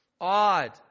Odd